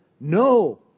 No